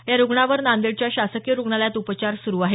या रुग्णावर नांदेडच्या शासकीय रुग्णालयात उपचार सुरु आहेत